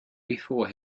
before